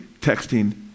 texting